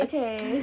Okay